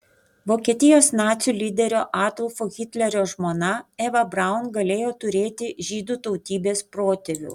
vokietijos nacių lyderio adolfo hitlerio žmona eva braun galėjo turėti žydų tautybės protėvių